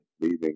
leaving